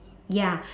ya